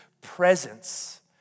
presence